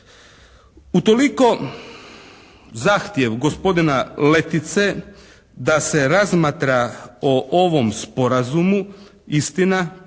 Utoliko zahtjev gospodina Letice da se razmatra o ovom sporazumu, istina